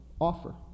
offer